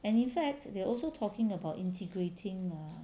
and in fact they also talking about integrating err